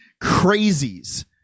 crazies